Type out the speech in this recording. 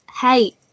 hey